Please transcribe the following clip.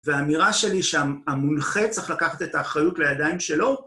ואמירה שלי שהמונחה צריך לקחת את האחריות לידיים שלו.